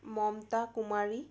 মমতা কুমাৰী